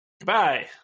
Goodbye